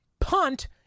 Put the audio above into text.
Punt